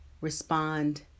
respond